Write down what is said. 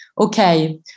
okay